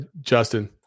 Justin